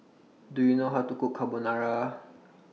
Do YOU know How to Cook Carbonara